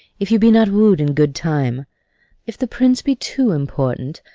if you be not wooed in good time if the prince be too important,